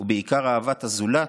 ובעיקר אהבת הזולת,